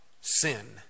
sin